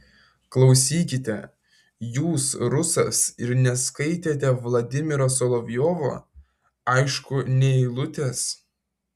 klausykite jūs rusas ir neskaitėte vladimiro solovjovo aišku nė eilutės